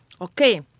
Okay